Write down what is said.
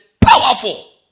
powerful